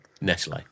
Nestle